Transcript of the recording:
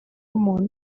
umuntu